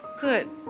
good